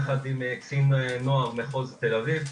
יחד עם קצין נוער מחוז תל אביב.